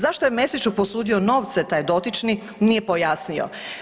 Zašto je Mesiću posudio novce taj dotični nije pojasnio.